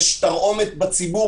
יש תרעומת בציבור,